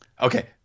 Okay